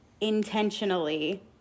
intentionally